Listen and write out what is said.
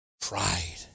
Pride